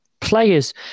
players